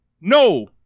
No